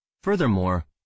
Furthermore